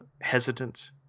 Hesitant